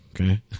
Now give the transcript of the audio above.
Okay